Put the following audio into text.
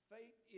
Faith